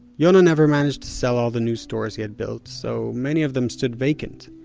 yona never managed to sell all the new stores he had built, so many of them stood vacant.